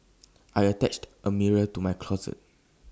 I attached A mirror to my closet